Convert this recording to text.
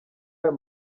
ayo